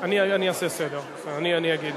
להסיר מסדר-היום את הצעת חוק לתיקון